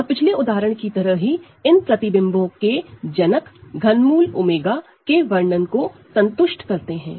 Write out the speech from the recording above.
और पिछले उदाहरण की तरह ही इन इमेज के जनक ∛ 𝜔के वर्णन को संतुष्ट करते हैं